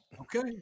Okay